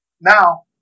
Now